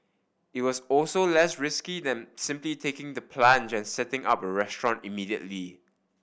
it was also less risky than simply taking the plunge and setting up a restaurant immediately